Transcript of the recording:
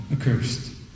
accursed